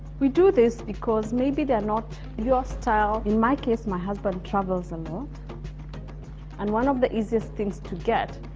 we do this because maybe they're not your style. in my case my husband travels a and lot and one of the easiest things to get,